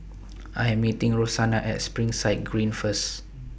I Am meeting Rosanna At Springside Green First